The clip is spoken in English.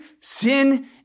sin